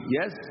Yes